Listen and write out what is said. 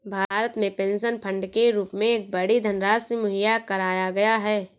भारत में pension fund के रूप में एक बड़ी धनराशि मुहैया कराया गया है